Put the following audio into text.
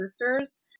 characters